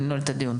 אני נועל את הדיון.